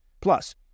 Plus